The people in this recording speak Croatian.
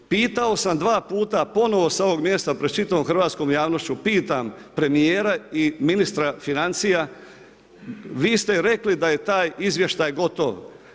Pitao sam dva puta ponovo sa ovog mjesta pred čitavom hrvatskom javnošću pitam premijera i ministra financija, vi ste rekli da je taj izvještaj gotov.